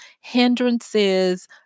hindrances